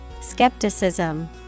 Skepticism